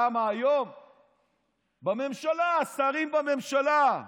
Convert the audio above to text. למה, היום בממשלה, שרים בממשלה,